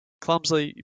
clumsily